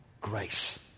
grace